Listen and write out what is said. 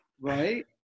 right